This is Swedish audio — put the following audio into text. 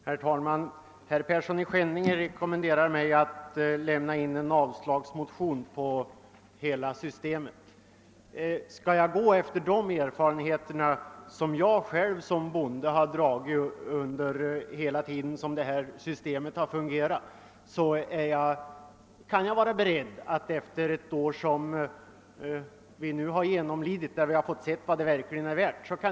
Herr talman! Herr Persson i Skänninge rekommenderar mig att lämna in en motion med avslagsyrkande på hela systemet. Skall jag döma av de erfarenheter jag själv som bonde har fått under hela den tid systemet har fungerat, kan jag verkligen vara beredd att lämna in en sådan motion — efter det år som vi nu genomlidit, då vi fått se vad systemet är värt.